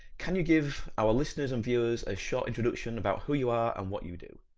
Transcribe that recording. can you give our listeners and viewers a short introduction about who you are and what you do?